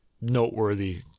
noteworthy